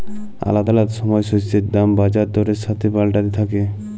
আলাদা আলাদা সময় শস্যের দাম বাজার দরের সাথে পাল্টাতে থাক্যে